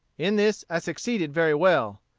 in this i succeeded very well.